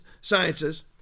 Sciences